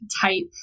type